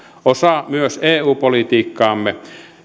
osa myös eu politiikkaamme